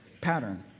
pattern